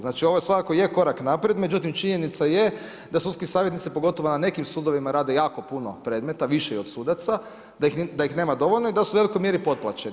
Znači, ovo svakako je korak naprijed, međutim, činjenica je da sudski savjetnici pogotovo na nekim sudovima rade jako puno predmeta, više i od sudaca, da ih nema dovoljno i da su u velikoj mjeri potplaćeni.